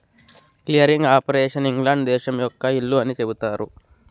clearing operation England దేశం యొక్క ఇల్లు అని చెబుతారు